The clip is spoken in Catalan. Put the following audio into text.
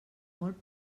molt